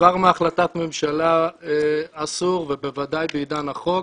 וכבר מהחלטת ממשלה זה אסור ובוודאי בעידן החוק.